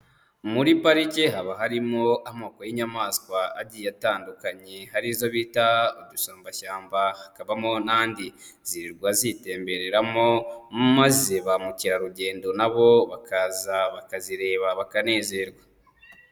Muri park haba harimo amoko y'inyamaswa agiye atandukanye, hari izo bita udusumbashyamba hakabamo n'andi. Zirirwa zitembereramo maze ba mukerarugendo nabo bakaza bakazireba bakanezerwa.